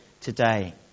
today